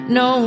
no